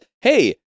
Hey